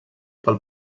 pel